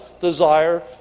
desire